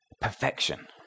Perfection